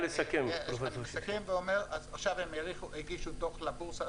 מסכם ואומר הם עכשיו הגישו דוח לבורסה